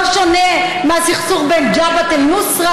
לא שונה מהסכסוך בין ג'בהת א-נוסרה